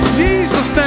jesus